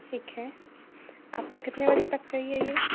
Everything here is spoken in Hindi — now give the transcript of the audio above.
ठीक है आपको कितने बजे तक चाहिए यह